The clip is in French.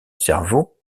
cerveau